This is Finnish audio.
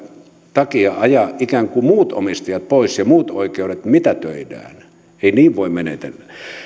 takia ajaa ikään kuin muut omistajat pois ja muut oikeudet mitätöidä ei niin voi menetellä